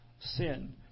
sin